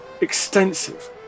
extensive